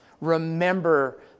remember